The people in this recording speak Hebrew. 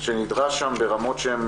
שנדרש שם ברמות שהן